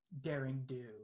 daring-do